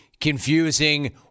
confusing